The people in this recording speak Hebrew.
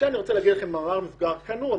אומר במאמר מוסגר שאכן קנו רק